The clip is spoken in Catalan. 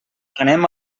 anem